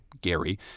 Gary